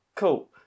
Cool